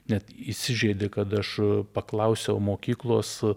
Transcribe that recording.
net įsižeidė kad aš paklausiau mokyklos